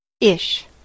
Ish